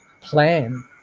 plan